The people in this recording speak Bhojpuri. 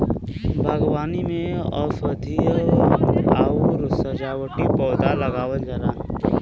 बागवानी में औषधीय आउर सजावटी पौधा लगावल जाला